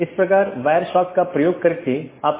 इस प्रकार एक AS में कई राऊटर में या कई नेटवर्क स्रोत हैं